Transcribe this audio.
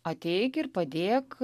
ateik ir padėk